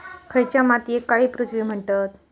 खयच्या मातीयेक काळी पृथ्वी म्हणतत?